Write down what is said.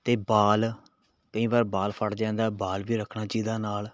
ਅਤੇ ਬਾਲ ਕਈ ਵਾਰ ਬਾਲ ਫੱਟ ਜਾਂਦਾ ਬਾਲ ਵੀ ਰੱਖਣਾ ਚਾਹੀਦਾ ਨਾਲ